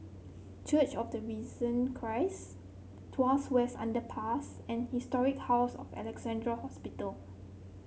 Church of the Risen Christ Tuas West Underpass and Historic House of Alexandra Hospital